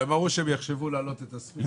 הם אמרו שהם יחשבו להעלות את הסכום.